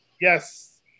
Yes